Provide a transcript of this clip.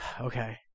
Okay